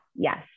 Yes